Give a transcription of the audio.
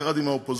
יחד עם האופוזיציה,